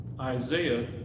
Isaiah